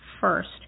first